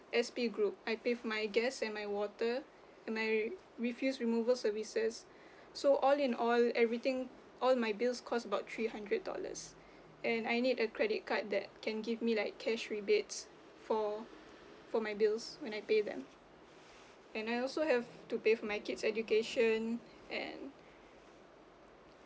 S_V group I pay for my gas and my water and my re~ refill removal services so all in all everything all my bills cost about three hundred dollars and I need a credit card that can give me like cash rebates for for my bills when I pay them and I also have to pay for my kid's education and